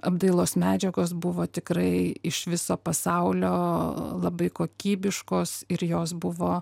apdailos medžiagos buvo tikrai iš viso pasaulio labai kokybiškos ir jos buvo